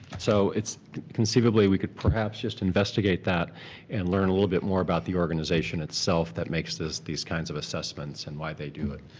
so it's conceivably we could perhaps just investigate that and learn a little bit more about the organization itself that makes these kinds of assessments and why they do it.